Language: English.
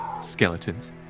skeletons